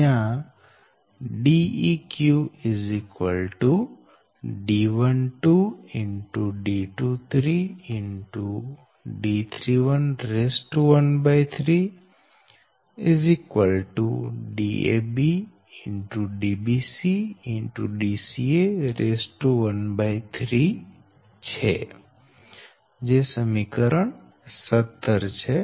જયાં Deq1313 છે જે સમીકરણ 17 છે